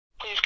Please